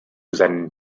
seinen